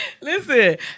Listen